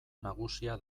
nagusia